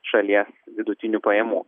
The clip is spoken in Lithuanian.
šalies vidutinių pajamų